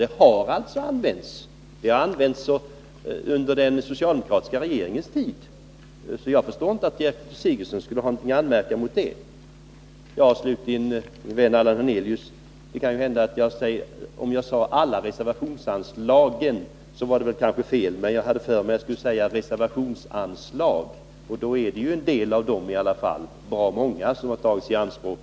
Den har också använts, redan under den socialdemokratiska regeringens tid. Jag förstår inte att Gertrud Sigurdsen kan ha något att anmärka på det. När det slutligen gäller min vän Allan Hernelius kan det hända att jag sade alla reservationsanslagen. Det var i så fall fel, för jag skulle säga reservationsanslag. Och det är bra många av dem som har tagits i anspråk.